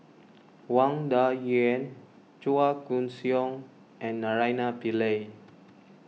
Wang Dayuan Chua Koon Siong and Naraina Pillai